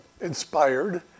inspired